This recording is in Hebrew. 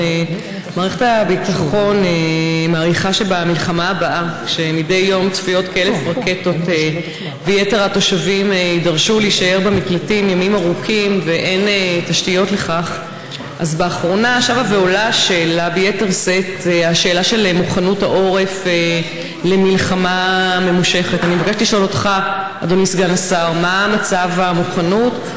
1. מה מצב המוכנות?